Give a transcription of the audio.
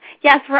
Yes